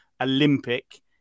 olympic